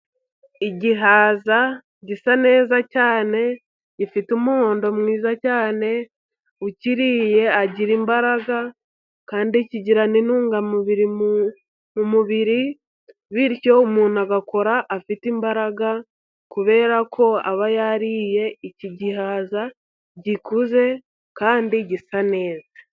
Igihaza gisa neza cyane gifite umuhondo mwiza cyane, ukiriye agira imbaraga kandi kigira n'intungamubiri mu mubiri , bityo umuntu agakora afite imbaraga, kubera ko aba yariye iki gihaza gikuze kandi gisa neza.